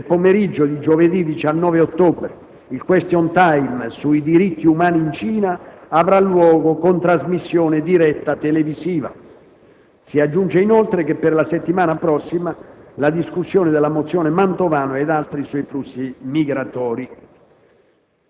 Nel pomeriggio di giovedì 19 ottobre il *question time* sui diritti umani in Cina avrà luogo con trasmissione diretta televisiva. Si aggiunge inoltre per la settimana prossima la discussione della mozione Mantovano ed altri sui flussi migratori.